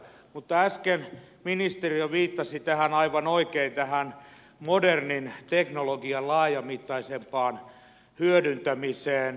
mutta äsken ministeri jo viittasi aivan oikein tähän modernin teknologian laajamittaisempaan hyödyntämiseen oikeusprosesseissa